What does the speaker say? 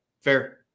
fair